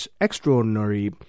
extraordinary